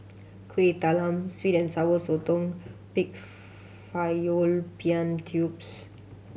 Kuih Talam sweet and Sour Sotong pig fallopian tubes